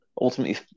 ultimately